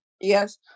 yes